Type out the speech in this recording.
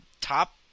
top